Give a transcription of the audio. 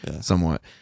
somewhat